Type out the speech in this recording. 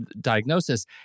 diagnosis